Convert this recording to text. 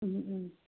ꯎꯝ ꯎꯝ